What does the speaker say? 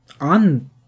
on